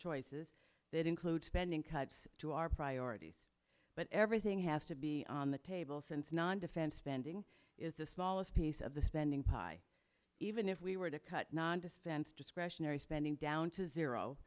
choices that include spending cuts to our priorities but everything has to be on the table since non defense spending is the smallest piece of the spending pie even if we were to cut non defense discretionary spending down to zero